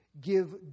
Give